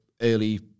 early